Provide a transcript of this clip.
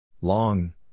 long